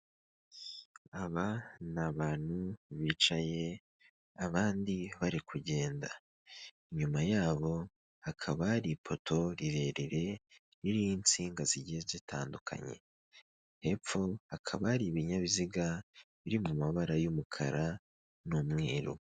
Aba ni abantu bicaye abandi bari kugenda, inyuma yabo hakaba hari ifoto rirerire riri'insinga zigiye zitandukanye, hepfo hakaba hari ibinyabiziga biri mu mabara y'umukara n'umweru.